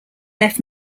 left